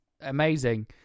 amazing